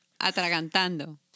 atragantando